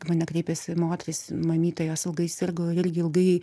į mane kreipėsi moteris mamytė jos ilgai sirgo irgi ilgai